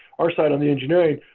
our side on the engineering,